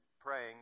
praying